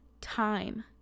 time